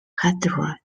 hydra